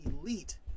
Elite